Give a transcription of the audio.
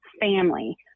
family